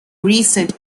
recent